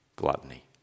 Gluttony